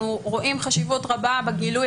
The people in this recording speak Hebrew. אנחנו רואים חשיבות רבה בגילוי